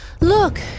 Look